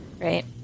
Right